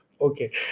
Okay